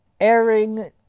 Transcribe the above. airing